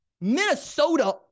Minnesota